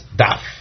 daf